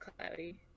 cloudy